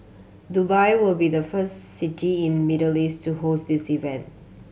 Dubai will be the first city in Middle East to host this event